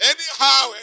Anyhow